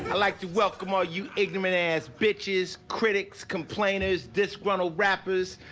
ah like to welcome all you ignorant-ass bitches, critics, complainers, disgruntled rappers,